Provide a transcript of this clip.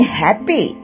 happy